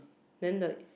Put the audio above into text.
then the